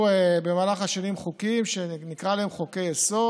במהלך השנים עשו חוקים שנקרא להם חוקי-יסוד,